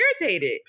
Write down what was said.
irritated